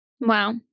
Wow